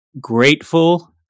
grateful